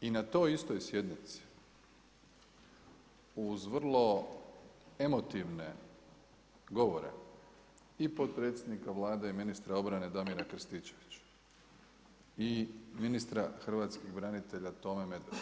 I na toj istoj sjednici uz vrlo emotivne govore i potpredsjednika Vlade i ministra obrane Damira Krstičevića i ministra hrvatskih branitelja Tome Medveda